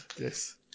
Yes